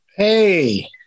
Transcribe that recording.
Hey